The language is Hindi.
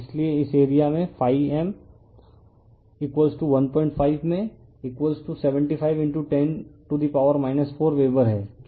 इसलिए इस एरिया में ∅ m 15 में 75 10 टू डा पावर 4 वेबर हैं